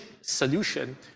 solution